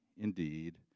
indeed